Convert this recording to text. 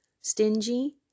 stingy